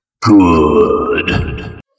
Good